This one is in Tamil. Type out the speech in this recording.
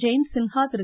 ஜெயந்த் சின்ஹா திரு